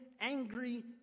angry